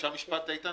ראשית,